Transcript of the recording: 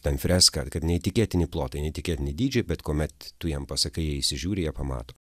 ten freska kad neįtikėtini plotai neįtikėtini dydžiai bet kuomet tu jiem pasakai jie įsižiūri jie pamato